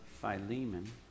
Philemon